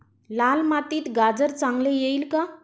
लाल मातीत गाजर चांगले येईल का?